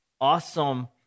awesome